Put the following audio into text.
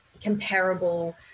comparable